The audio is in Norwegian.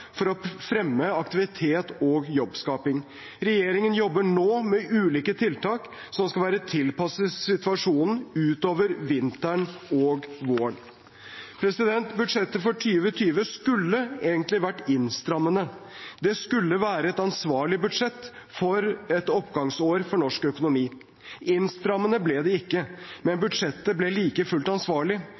for å fremme aktivitet og jobbskaping. Regjeringen jobber nå med ulike tiltak som skal være tilpasset situasjonen utover vinteren og våren. Budsjettet for 2020 skulle egentlig vært innstrammende. Det skulle være et ansvarlig budsjett for et oppgangsår for norsk økonomi. Innstrammende ble det ikke, men budsjettet ble like fullt ansvarlig.